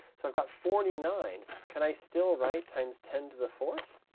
so i've got forty nine. can i still write times ten to the fourth?